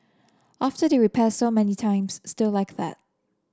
after they repair so many times still like that